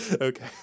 Okay